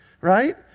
right